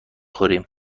خوریم